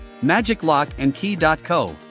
magiclockandkey.co